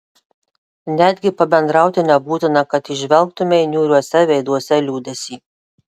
netgi pabendrauti nebūtina kad įžvelgtumei niūriuose veiduose liūdesį